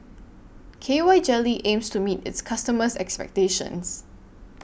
K Y Jelly aims to meet its customers' expectations